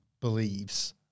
believes